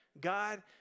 God